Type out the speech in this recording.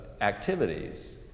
activities